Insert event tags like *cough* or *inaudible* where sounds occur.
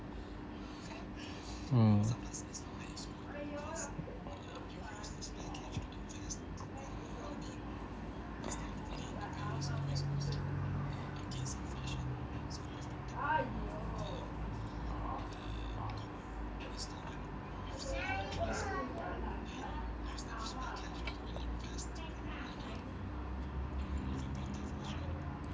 *breath* mm *breath*